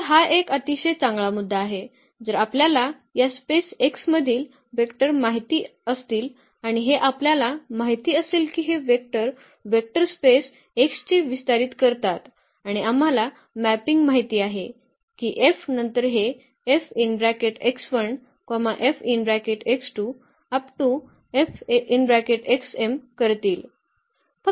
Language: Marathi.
तर हा एक अतिशय चांगला मुद्दा आहे जर आपल्याला या स्पेस x मधील वेक्टर माहित असतील आणि हे आपल्याला माहित असेल की हे वेक्टर वेक्टर स्पेस x चे विस्तारित करतात आणि आम्हाला मॅपिंग माहित आहे की F नंतर हे करतील